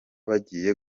bagiye